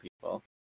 people